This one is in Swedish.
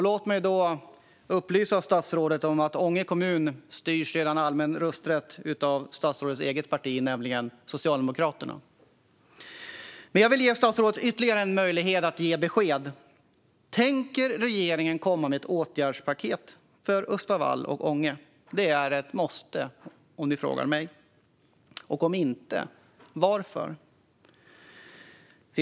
Låt mig då upplysa statsrådet om att Ånge kommun genom allmän rösträtt redan styrs av statsrådets eget parti: Socialdemokraterna. Jag vill ge statsrådet ytterligare en möjlighet att lämna besked. Tänker regeringen komma med ett åtgärdspaket för Östavall och Ånge? Det är ett måste, enligt mig. Om inte, undrar jag varför.